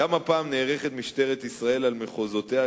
גם הפעם נערכת משטרת ישראל על מחוזותיה,